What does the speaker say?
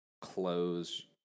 close